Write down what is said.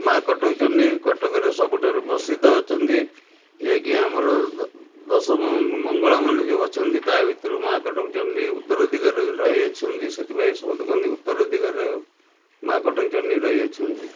ମା' କଟକ ଚଣ୍ଡୀ କଟକରେ ସବୁଠାରୁ ପ୍ରସିଦ୍ଧ ଅଛନ୍ତି ଯିଏକି ଆମର ଦଶ ମଙ୍ଗଳାମାନେ ଯେଉଁ ଅଛନ୍ତି ତା ଭିତରୁ ମା' କଟକ ଚଣ୍ଡୀ ଉତ୍ତର ଦିଗରେ ରହିଅଛନ୍ତି ସେଇଥିପାଇଁ ସମସ୍ତେ କୁହନ୍ତି ଉତ୍ତର ଦିଗରେ ମା' କଟକ ଚଣ୍ଡୀ ରହିଅଛନ୍ତି